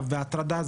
בנפשו,